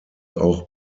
auch